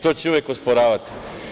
To će uvek osporavati.